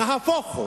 נהפוך הוא.